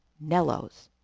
Nello's